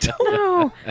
No